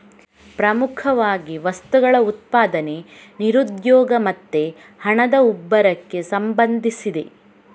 ಪ್ರಮುಖವಾಗಿ ವಸ್ತುಗಳ ಉತ್ಪಾದನೆ, ನಿರುದ್ಯೋಗ ಮತ್ತೆ ಹಣದ ಉಬ್ಬರಕ್ಕೆ ಸಂಬಂಧಿಸಿದೆ